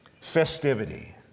festivity